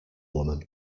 woman